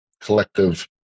collective